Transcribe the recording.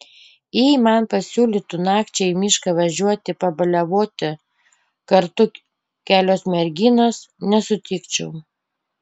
jei man pasiūlytų nakčiai į mišką važiuoti pabaliavoti kartu kelios merginos nesutikčiau